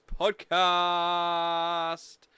Podcast